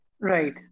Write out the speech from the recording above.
Right